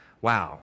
Wow